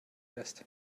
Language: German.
lässt